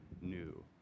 new